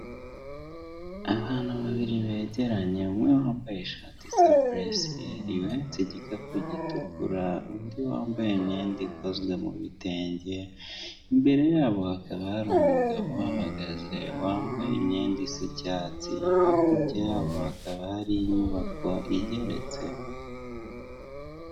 Abantu babiri begeramye umwe wambaye ishati isa bulu esiyeli uhetse igikapu gitukura, undi wambaye mumyenda ikozwe mubitenge, imbere yabo hakaba hari umugabo uhahagaze, wambaye imyenda isa icyatsi, hakurya yaho hakaba hari inyubako igeretse.